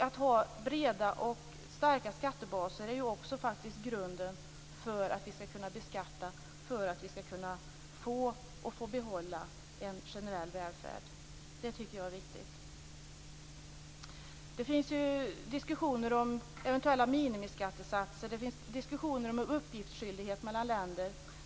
Att ha breda och starka skattebaser är ju också faktiskt grunden för att vi skall kunna beskatta och för att vi skall kunna få och få behålla en generell välfärd. Det tycker jag är viktigt. Det förs diskussioner om eventuella minimiskattesatser, och det förs diskussioner om uppgiftsskyldighet mellan länder.